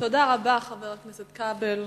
תודה רבה, חבר הכנסת כבל.